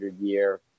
year